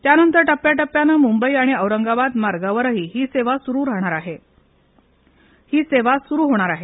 त्यानंतर टप्प्याटप्प्याने मुंबई आणि औरंगाबाद मार्गावरही ही सेवा सुरु होणार आहे